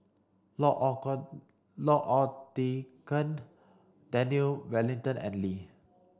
L'odican Daniel Wellington and Lee